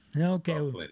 Okay